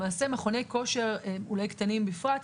למעשה מכוני כושר אולי קטנים בפרט,